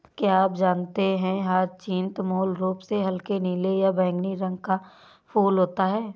क्या आप जानते है ह्यचीन्थ मूल रूप से हल्के नीले या बैंगनी रंग का फूल होता है